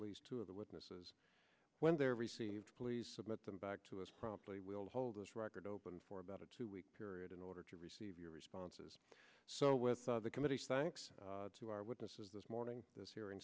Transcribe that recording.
least two of the witnesses when they are received please submit them back to us probably will hold this record open for about a two week period in order to receive your responses so with the committee thanks to our witnesses this morning this hearing